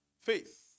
faith